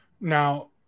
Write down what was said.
Now